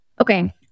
Okay